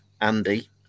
Andy